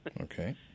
Okay